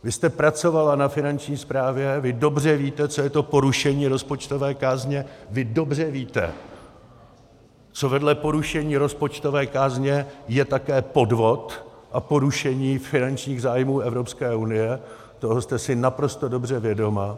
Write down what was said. Vy jste pracovala na Finanční správě, vy dobře víte, co je to porušení rozpočtové kázně, vy dobře víte, co vedle porušení rozpočtové kázně je také podvod a porušení finančních zájmů Evropské unie, toho jste si naprosto dobře vědoma.